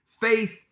faith